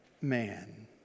man